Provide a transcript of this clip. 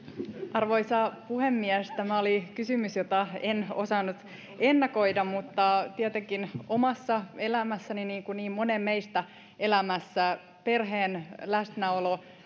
arvoisa puhemies tämä oli kysymys jota en osannut ennakoida mutta tietenkin omassa elämässäni niin kuin niin monen meistä elämässä perheen läsnäolo